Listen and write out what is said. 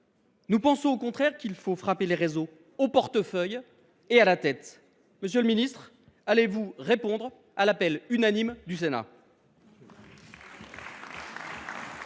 Nous pensons au contraire qu’il faut frapper les réseaux au portefeuille et à la tête. Monsieur le ministre, allez vous répondre à l’appel unanime du Sénat ?